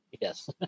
Yes